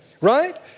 Right